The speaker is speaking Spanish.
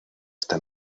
está